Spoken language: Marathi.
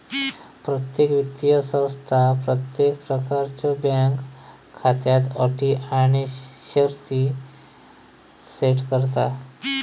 प्रत्येक वित्तीय संस्था प्रत्येक प्रकारच्यो बँक खात्याक अटी आणि शर्ती सेट करता